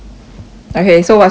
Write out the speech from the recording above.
okay so what's your three wish